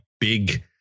big